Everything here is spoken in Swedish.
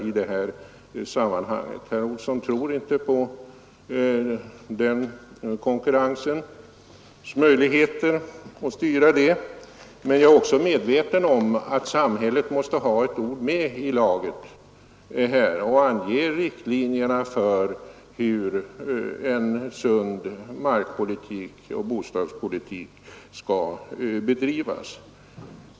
Herr Olsson i Stockholm tror inte på den konkurrensens möjligheter att styra utvecklingen. Men jag är också medveten om att samhället måste ha ett ord med i laget och ange riktlinjerna för hur en sund markoch bostadspolitik skall bedrivas.